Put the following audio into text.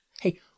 Hey